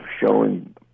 showing